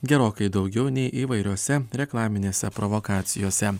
gerokai daugiau nei įvairiose reklaminėse provokacijose